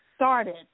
started